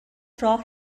راه